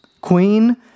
queen